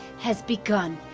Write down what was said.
has begun,